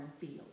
field